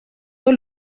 tot